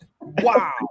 Wow